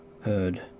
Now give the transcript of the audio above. heard